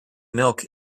milk